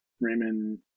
Raymond